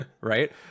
right